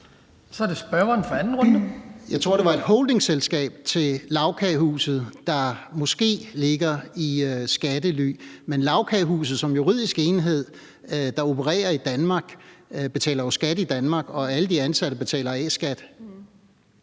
20:00 Lars-Christian Brask (LA): Jeg tror, det var et holdingselskab til Lagkagehuset, der måske ligger i skattely. Men Lagkagehuset som juridisk enhed, der opererer i Danmark, betaler jo skat i Danmark, og alle de ansatte betaler A-skat.